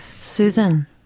Susan